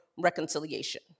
reconciliation